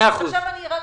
ועוד